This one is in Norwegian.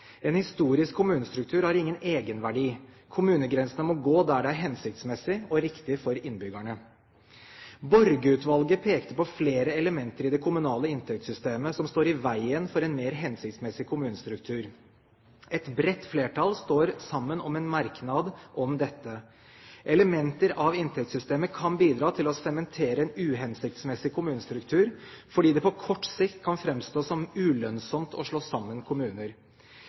En historisk kommunestruktur har ingen egenverdi. Kommunegrensene må gå der det er hensiktsmessig og riktig for innbyggerne. Borge-utvalget pekte på flere elementer i det kommunale inntektssystemet som står i veien for en mer hensiktsmessig kommunestruktur. Et bredt flertall i komiteen står sammen om en merknad om dette. Elementer av inntektssystemet kan bidra til å sementere en uhensiktsmessig kommunestruktur fordi det på kort sikt kan framstå som ulønnsomt å slå sammen kommuner.